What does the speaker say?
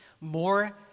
more